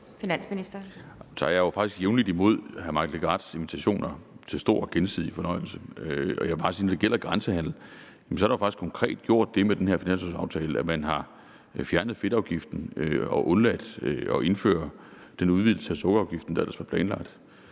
faktisk jævnligt imod hr. Mike Legarths invitationer til stor gensidig fornøjelse, og jeg vil bare sige, at når det gælder grænsehandel, er der faktisk konkret gjort det med den her finanslovaftale, at man har fjernet fedtafgiften og undladt at indføre den udvidelse af sukkerafgiften, der ellers var planlagt,